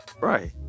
Right